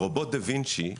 ברובוט דה וינצ'י,